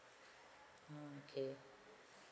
okay